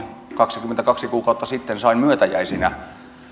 kaksikymmentäkaksi kuukautta sitten sain myötäjäisinä